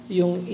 yung